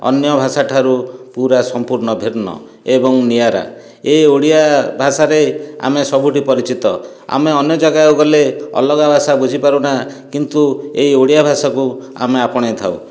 ଅନ୍ୟ ଭାଷାଠାରୁ ପୁରା ସମ୍ପୂର୍ଣ୍ଣ ଭିନ୍ନ ଏବଂ ନିଆରା ଏ ଓଡ଼ିଆ ଭାଷାରେ ଆମେ ସବୁଠି ପରିଚିତ ଆମେ ଅନ୍ୟ ଜାଗାକୁ ଗଲେ ଅଲଗା ଭାଷା ବୁଝି ପାରୁନାହିଁ କିନ୍ତୁ ଏହି ଓଡ଼ିଆ ଭାଷାକୁ ଆମେ ଆପଣେଇଥାଉ